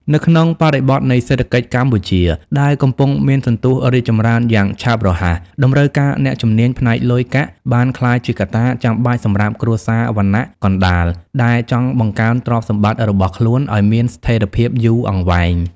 នៅក្នុងបរិបទនៃសេដ្ឋកិច្ចកម្ពុជាដែលកំពុងមានសន្ទុះរីកចម្រើនយ៉ាងឆាប់រហ័ស តម្រូវការអ្នកជំនាញផ្នែកលុយកាក់បានក្លាយជាកត្តាចាំបាច់សម្រាប់គ្រួសារវណ្ណៈកណ្ដាលដែលចង់បង្កើនទ្រព្យសម្បត្តិរបស់ខ្លួនឱ្យមានស្ថិរភាពយូរអង្វែង។